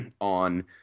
on